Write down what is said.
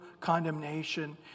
condemnation